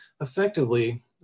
effectively